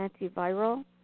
antiviral